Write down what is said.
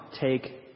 take